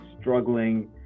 struggling